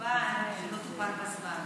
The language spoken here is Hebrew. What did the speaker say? קורבן בעצמם שלא טופל בזמן?